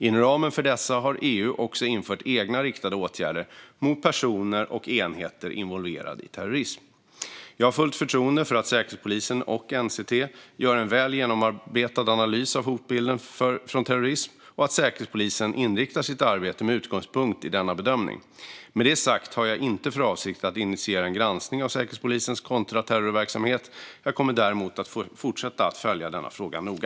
Inom ramen för dessa har EU också infört egna riktade åtgärder mot personer och enheter involverade i terrorism. Jag har fullt förtroende för att Säkerhetspolisen och NCT gör en väl genomarbetad analys av hotbilden från terrorism och att Säkerhetspolisen inriktar sitt arbete med utgångspunkt i denna bedömning. Med det sagt har jag inte för avsikt att initiera en granskning av Säkerhetspolisens kontraterrorverksamhet. Jag kommer däremot att fortsätta att följa denna fråga noga.